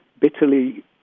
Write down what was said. bitterly